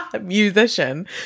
Musician